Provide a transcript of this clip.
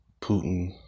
Putin